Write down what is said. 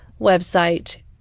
website